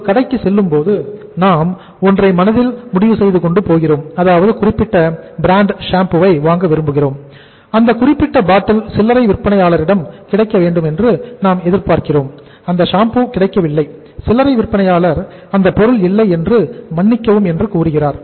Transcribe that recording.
ஒரு கடைக்கு செல்லும்போது நாம் ஒன்றை மனதில் முடிவு செய்து கொண்டு போகிறோம் அதாவது குறிப்பிட்ட பிராண்ட் கிடைக்கவில்லை சில்லறை விற்பனையாளர் அந்த பொருள் இல்லை என்று மன்னிக்கவும் என்று கூறுகிறார்